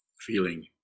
feeling